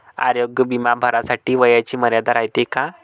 आरोग्य बिमा भरासाठी वयाची मर्यादा रायते काय?